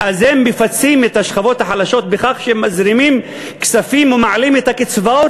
מפצים את השכבות החלשות בכך שמזרימים כספים ומעלים את הקצבאות,